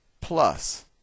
plus